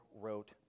wrote